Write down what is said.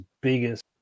biggest